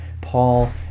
Paul